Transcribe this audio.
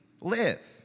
live